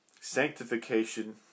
Sanctification